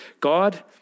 God